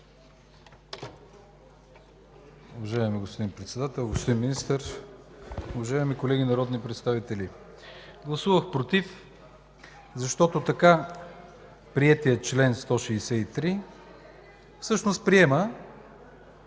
Уважаеми господин Председател, господин Министър, уважаеми колеги народни представители! Гласувах „против”, защото така приетият чл. 163 всъщност приема